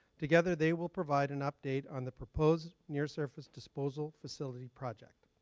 together they will provide an update on the proposed near surface disposal facility project.